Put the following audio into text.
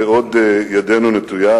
ועוד ידנו נטויה.